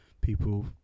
people